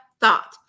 thought